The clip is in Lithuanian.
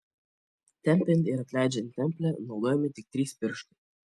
tempiant ir atleidžiant templę naudojami tik trys pirštai